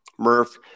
Murph